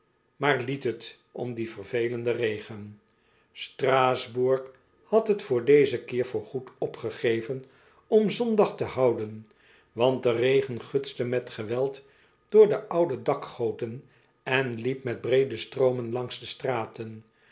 doch liet t om dien vervelenden regen s t r a s b o u r g had t voor dezen keer voorgoed opgegeven om zondag te houden want de regen gutste met geweld door de oude dakgoten en liep met breede stroomen langs de straten